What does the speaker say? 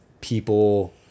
people